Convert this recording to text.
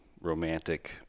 romantic